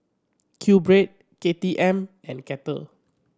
Q Bread K T M and Kettle